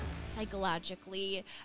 psychologically